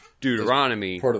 Deuteronomy